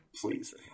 Please